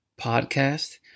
Podcast